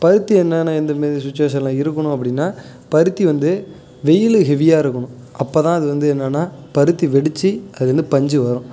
பருத்தி என்னான்னால் இந்தமாரி சுச்சுவேஷனில் இருக்கணும் அப்படின்னா பருத்தி வந்து வெய்யில் ஹெவியாக இருக்கணும் அப்போ தான் அது வந்து என்னான்னால் பருத்தி வெடித்து அதுலேருந்து பஞ்சு வரும்